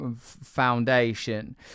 foundation